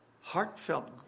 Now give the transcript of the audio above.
Heartfelt